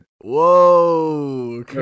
whoa